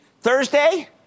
Thursday